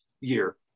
year